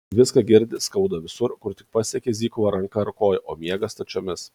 viską girdi skauda visur kur tik pasiekė zykovo ranka ar koja o miega stačiomis